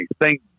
thank